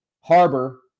Harbor